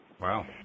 wow